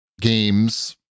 games